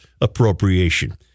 appropriation